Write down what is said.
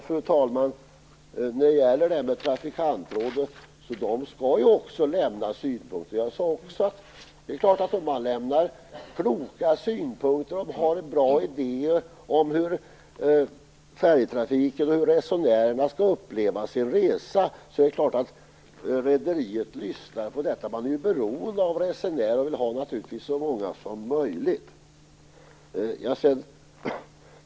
Fru talman! Trafikantrådet skall också lämna synpunkter. Om det lämnar kloka synpunkter och har bra idéer om färjetrafiken och hur resenärerna skall uppleva sin resa är det klart att rederiet lyssnar på detta. Man är beroende av resenärer och vill naturligtvis ha så många som möjligt.